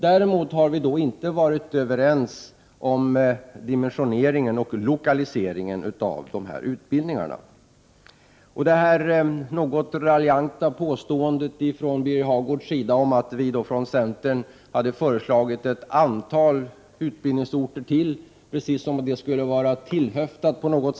Däremot har vi inte varit överens om dimensioneringen och lokaliseringen av dessa utbildningar: I Birger Hagårds något raljanta påstående om centerns förslag om ytterligare ett antal utbildningsorter kom det att framstå precis som om dessa orter skulle ha tillkommit på en höft.